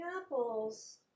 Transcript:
apples